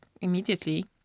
immediately